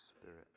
spirit